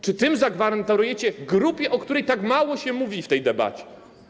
Czy tymi słowami zagwarantujecie grupie, o której tak mało się mówi w tej debacie?